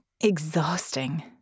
exhausting